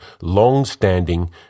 long-standing